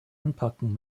anpacken